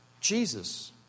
Jesus